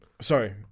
sorry